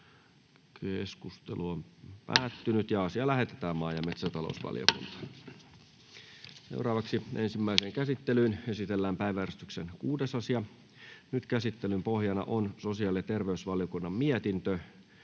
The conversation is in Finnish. ehdottaa, että asia lähetetään maa- ja metsätalousvaliokuntaan. Ensimmäiseen käsittelyyn esitellään päiväjärjestyksen 6. asia. Käsittelyn pohjana on sosiaali- ja terveysvaliokunnan mietintö